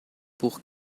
buch